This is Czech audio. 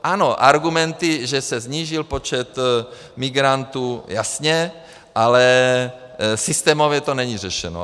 Ano, argumenty, že se snížil počet migrantů, jasně, ale systémově to není řešeno.